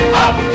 up